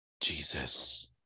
Jesus